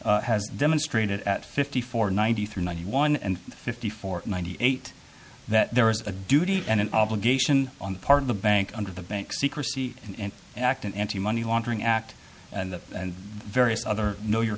ery has demonstrated at fifty four ninety three ninety one and fifty four ninety eight that there is a duty and an obligation on the part of the bank under the bank secrecy in act an anti money laundering act and that and various other know your